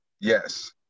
yes